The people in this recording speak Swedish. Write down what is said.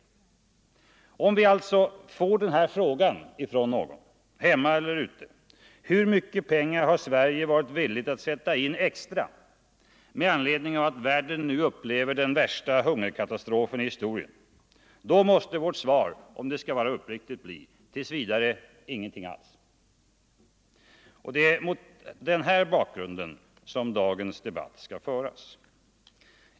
51 Anta att vi får den här frågan från någon, hemma eller ute: Hur mycket pengar har Sverige varit villigt att sätta in extra med anledning av att världen nu upplever den värsta hungerkatastrofen i historien? Då måste vårt svar, om det skall vara uppriktigt, bli: Tills vidare ingenting alls. Det är mot den här bakgrunden som dagens debatt skall föras.